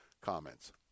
comments